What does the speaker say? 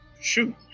shoot